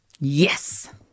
Yes